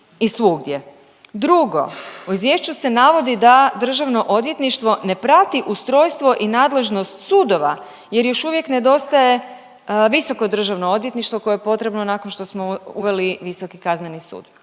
Drugo, u izvješću se navodi da državno odvjetništvo ne prati ustrojstvo i nadležnost sudova jer još uvijek nedostaje visoko državno odvjetništvo koje je potrebno nakon što smo uveli Visoki kazneni sud.